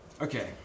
Okay